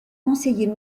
conseiller